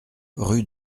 rue